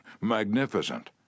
magnificent